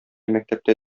мәктәптә